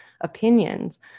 opinions